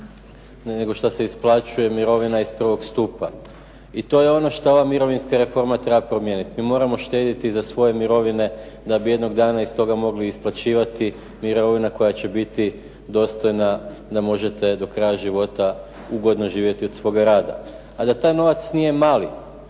nego što se isplaćuje mirovina iz prvog stupa. I to je ono što ova mirovinska reforma treba promijeniti. Mi moramo štedjeti za svoje mirovine da bi jednog dana iz toga mogli isplaćivati mirovine koja će biti dostojna da možete do kraja života ugodno živjeti od svoga rada. A da taj novac nije mali,